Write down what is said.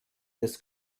des